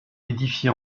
édifié